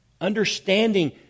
understanding